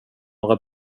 några